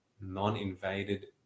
non-invaded